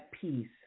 peace